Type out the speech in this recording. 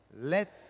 Let